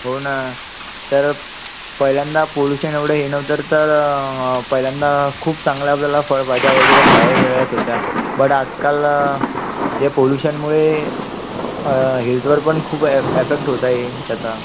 हो ना तर पहिल्यांदा पोल्युशन एवढंं हे नव्हतं तर पहिल्यांदा खूप चांगला वेळा फळ भाज्या वगैरे खायला मिळत होत्या बट आजकाल ह्या पोल्युशनमुळे हेल्थवर पण खूप अफेक्ट होत आहे त्याचा